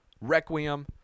Requiem